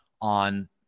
on